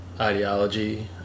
ideology